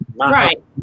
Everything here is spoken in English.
Right